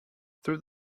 through